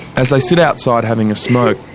as they sit outside having a smoke,